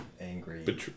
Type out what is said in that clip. angry